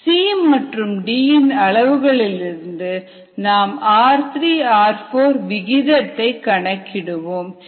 C மற்றும் D இன் அளவுகளிலிருந்து நாம் r3 r4விகிதத்தை கணக்கிடுவோம்